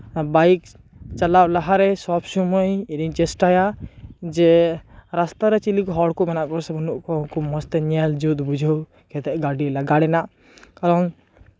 bike ᱪᱟᱞᱟᱣ ᱞᱟᱦᱟᱨᱮ ᱥᱚᱵ ᱥᱚᱢᱚᱭ ᱤᱧᱤᱧ ᱪᱮᱥᱴᱟᱭᱟ ᱡᱮ ᱨᱟᱥᱛᱟᱨᱮ ᱪᱤᱞᱤ ᱠᱚ ᱢᱮᱱᱟᱜ ᱠᱚᱣᱟ ᱥᱮ ᱵᱟᱹᱱᱩᱜ ᱩᱱᱠᱩ ᱢᱚᱸᱡᱛᱮ ᱧᱮᱞ ᱡᱩᱛ ᱵᱩᱡᱷᱟᱹᱣ ᱠᱟᱛᱮᱫ ᱜᱟᱹᱰᱤ ᱞᱟᱜᱟ ᱨᱮᱱᱟᱜ ᱠᱟᱨᱚᱱ